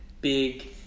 big